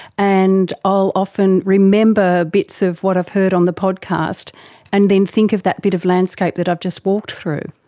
and i'll often remember bits of what i've heard on the podcast and then think of that bit of landscape that i've just walked through.